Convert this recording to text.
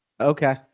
Okay